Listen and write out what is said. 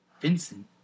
Vincent